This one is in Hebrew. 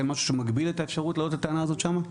אין משהו שמגביל את האפשרות להעלות את הטענה הזאת שם?